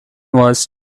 was